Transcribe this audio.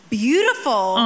beautiful